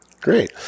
Great